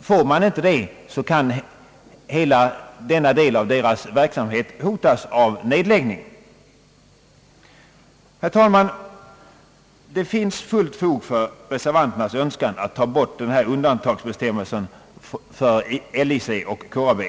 Får man inte det kan hela denna del av Mölnlyckes verksamhet hotas av nedläggning. Herr talman! Det finns fullt fog för reservanternas önskan att avskaffa denna undantagsbestämmelse för LIC och KAB.